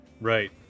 Right